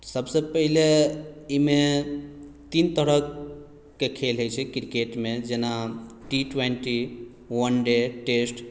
सभसँ पहिने ई मे तीन तरहके खेल होइत छै क्रिकेटमे जेना T twenty one day test